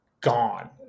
gone